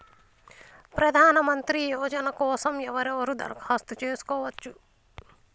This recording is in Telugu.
ప్రధానమంత్రి యోజన కోసం ఎవరెవరు దరఖాస్తు చేసుకోవచ్చు?